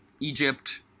Egypt